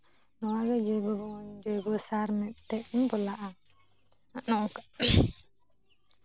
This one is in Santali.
ᱱᱚᱣᱟ ᱜᱮ ᱡᱳᱭᱵᱳ ᱥᱟᱨ ᱡᱳᱭᱵᱳ ᱥᱟᱨ ᱢᱤᱫᱴᱮᱡ ᱤᱧ ᱵᱚᱞᱟᱜᱼᱟ ᱱᱚᱝᱠᱟ